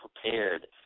prepared